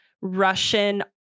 Russian